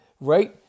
right